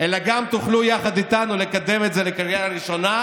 אלא שגם תוכלו לקדם את זה יחד איתנו לקריאה ראשונה,